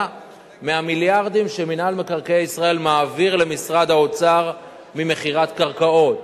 מהמיליארדים שמינהל מקרקעי ישראל מעביר למשרד האוצר ממכירת קרקעות.